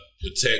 protect